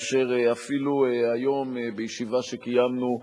ואפילו היום, בישיבה שקיימנו,